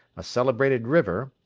a celebrated river,